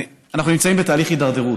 אנחנו נמצאים בתהליך הידרדרות,